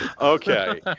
Okay